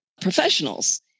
professionals